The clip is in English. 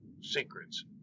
secrets